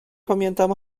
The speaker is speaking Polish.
pamiętam